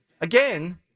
Again